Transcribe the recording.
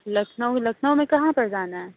لکھنؤ لکھنؤ میں کہاں پر جانا ہے